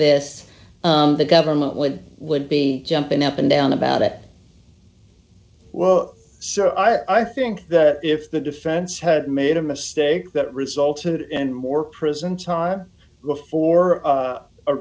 this the government would would be jumping up and down about it well sir i think that if the defense had made a mistake that resulted in more prison time before